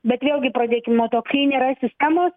bet vėlgi pradėkim nuo to kai nėra sistemos